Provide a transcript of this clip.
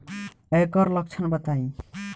ऐकर लक्षण बताई?